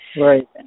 Right